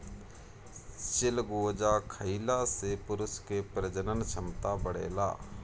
चिलगोजा खइला से पुरुष के प्रजनन क्षमता बढ़ेला